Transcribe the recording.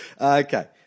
Okay